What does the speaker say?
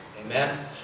Amen